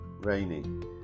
rainy